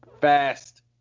fast